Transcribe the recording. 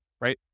right